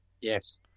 Yes